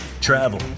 travel